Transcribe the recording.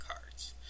cards